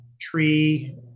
tree